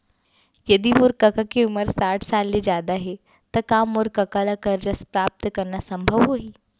यदि मोर कका के उमर साठ साल ले जादा हे त का मोर कका ला कर्जा प्राप्त करना संभव होही